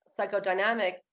psychodynamic